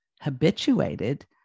habituated